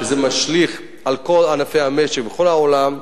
שזה משליך על כל ענפי המשק בכל העולם.